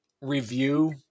review